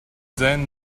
then